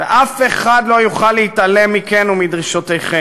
ואף אחד לא יוכל להתעלם מכן ומדרישותיכן.